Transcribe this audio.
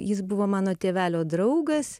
jis buvo mano tėvelio draugas